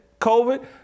COVID